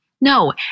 No